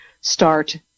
start